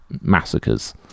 massacres